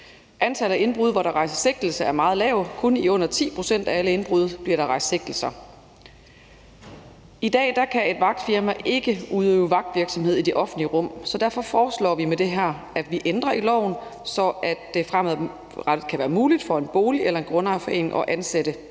Antallet af indbrud, hvor der rejses sigtelse, er meget lavt. Kun i under 10 pct. af alle indbrud bliver der rejst sigtelser. I dag kan et vagtfirma ikke udøve vagtvirksomhed i det offentlige rum. Derfor foreslår vi med det her, at vi ændrer i loven, så det fremadrettet kan være muligt for en bolig- eller en grundejerforening at ansætte